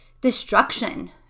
destruction